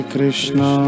Krishna